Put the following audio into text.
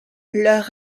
leur